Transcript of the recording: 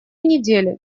недели